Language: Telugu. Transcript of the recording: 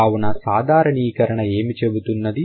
కావున సాధారణీకరణ ఏమి చెబుతున్నది